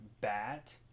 bat